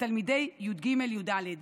לתלמידי י"ג-י"ד.